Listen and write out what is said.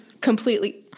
Completely